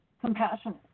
compassionate